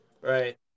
Right